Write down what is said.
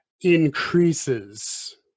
increases